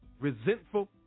resentful